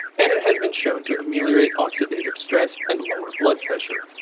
and it has been shown to ameliorate oxidative stress and lower blood pressure.